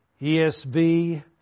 esv